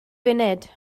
funud